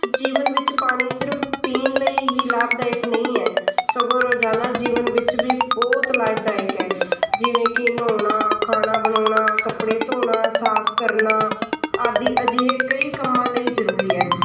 ਜੀਵਨ ਵਿੱਚ ਪਾਣੀ ਸਿਰਫ ਪੀਣ ਲਈ ਹੀ ਲਾਭਦਾਇਕ ਨਹੀਂ ਹੈ ਸਗੋਂ ਰੋਜ਼ਾਨਾ ਜੀਵਨ ਵਿੱਚ ਵੀ ਬਹੁਤ ਲਾਭਦਾਇਕ ਹੈ ਜਿਵੇਂ ਕਿ ਨਹਾਉਣਾ ਖਾਣਾ ਬਣਾਉਣਾ ਕੱਪੜੇ ਧੋਣਾ ਸਾਫ ਕਰਨਾ ਆਦਿ ਅਜਿਹੇ ਕਈ ਕੰਮਾਂ ਲਈ ਜ਼ਰੂਰੀ ਹੈ